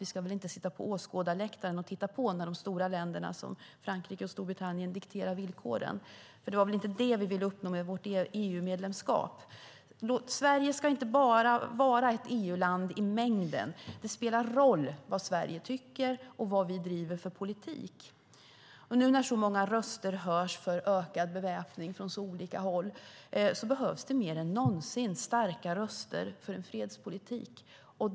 Vi ska väl inte sitta på åskådarläktaren och titta på när de stora länderna som Frankrike och Storbritannien dikterar villkoren? Det var väl inte det vi ville uppnå med vårt EU-medlemskap? Sverige ska inte bara vara ett EU-land i mängden. Det spelar roll vad Sverige tycker och vad vi driver för politik. Nu när så många röster hörs för ökad beväpning från olika håll behövs det mer än någonsin starka röster för en fredspolitik.